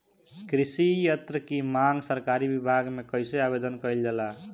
कृषि यत्र की मांग सरकरी विभाग में कइसे आवेदन कइल जाला?